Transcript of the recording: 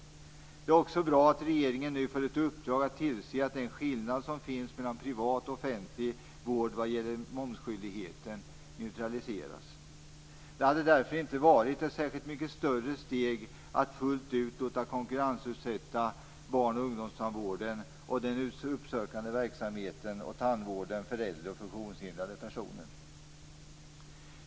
Det är också bra att regeringen nu får ett uppdrag att tillse att den skillnad som finns mellan privat och offentlig vård vad gäller momsskyldigheten neutraliseras. Det hade därför inte varit ett särskilt mycket större steg att fullt ut låta konkurrensutsätta barn och ungdomstandvården, den uppsökande verksamheten och tandvården för äldre och funktionshindrade personer.